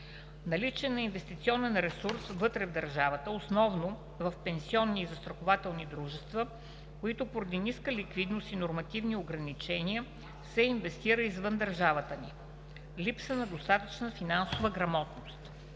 Наличие на инвестиционен ресурс вътре в държавата, основно в пенсионни и застрахователни дружества, но поради ниска ликвидност и нормативни ограничения се инвестира извън държавата ни. - Липса на достатъчна финансова грамотност.